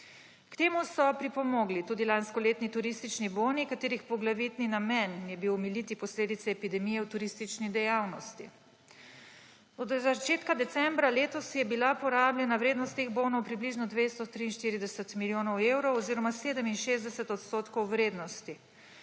K temu so pripomogli tudi lanskoletni turistični boni, katerih poglavitni namen je bil omiliti posledice epidemije v turistični dejavnosti. Od začetka decembra letos je bila porabljena vrednost teh bonov približno 243 milijonov oziroma 67 % vrednosti.